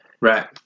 Right